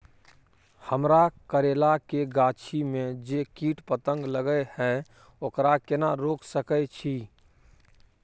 हमरा करैला के गाछी में जै कीट पतंग लगे हैं ओकरा केना रोक सके छी?